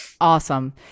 awesome